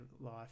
life